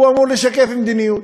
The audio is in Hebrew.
הוא אמור לשקף מדיניות.